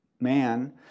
man